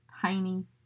tiny